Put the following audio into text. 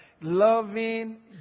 Loving